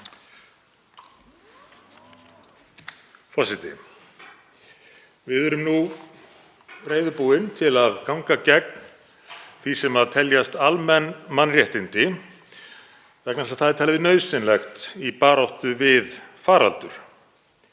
Forseti. Við erum nú reiðubúin til að ganga gegn því sem teljast almenn mannréttindi vegna þess að það er talið nauðsynlegt í baráttu við faraldur.